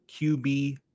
QB –